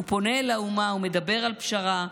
הוא פונה אל האומה ומדבר על פשרה,